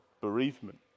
bereavement